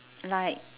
like